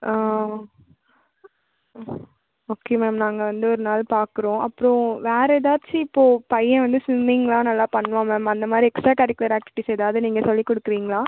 ஆ okay ma'am நாங்கள் வந்து ஒரு நாள் பார்க்குறோம் அப்புறோம் வேறு ஏதாச்சிம் இப்போ பையன் வந்து ஸ்விம்மிங்கலாம் நல்லா பண்ணுவான் மேம் அந்த மாதிரி எக்ஸ்ட்டா கரிக்குலர் ஆக்ட்டிவிட்டிஸ் ஏதாவது நீங்கள் சொல்லிக் கொடுக்குறீங்களா